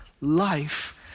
life